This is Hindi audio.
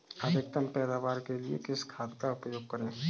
अधिकतम पैदावार के लिए किस खाद का उपयोग करें?